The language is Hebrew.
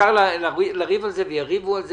אפשר לריב על זה ויריבו על זה.